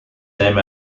them